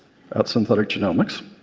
at synthetic genomics,